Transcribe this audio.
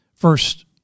First